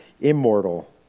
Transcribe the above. immortal